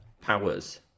powers